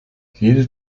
jede